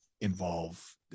involve